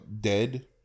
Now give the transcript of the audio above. dead